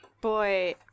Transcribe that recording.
Boy